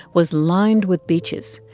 was lined with beaches,